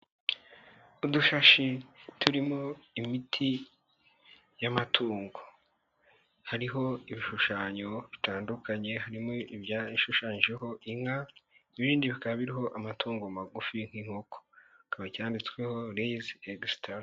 Udushashi turimo imiti y'amatungo, hariho ibishushanyo bitandukanye, harimo ibyashushanyijeho inka, ibindi bikaba biriho amatungo magufi nk'inkoko, akaba cyanditsweho leyizi egitara.